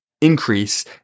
increase